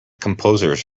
composers